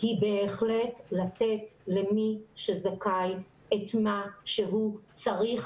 היא בהחלט לתת למי שזכאי את מה שהוא צריך